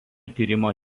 tyrimo